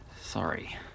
Sorry